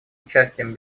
участием